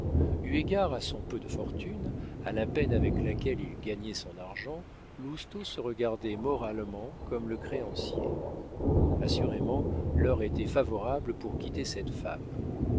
eu égard à son peu de fortune à la peine avec laquelle il gagnait son argent lousteau se regardait moralement comme le créancier assurément l'heure était favorable pour quitter cette femme